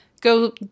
go